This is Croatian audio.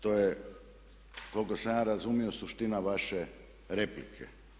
To je koliko sam ja razumio suština vaše replike.